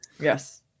Yes